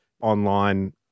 online